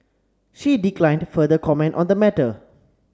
she declined further comment on the matter